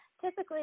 Typically